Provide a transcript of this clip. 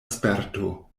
sperto